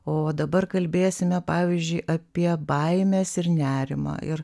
o dabar kalbėsime pavyzdžiui apie baimes ir nerimą ir